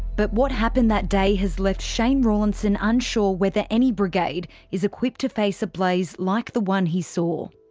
but what happened that day has left shane rawlinson unsure if ah any brigade is equipped to face a blaze like the one he saw.